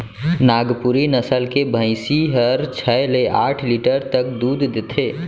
नागपुरी नसल के भईंसी हर छै ले आठ लीटर तक दूद देथे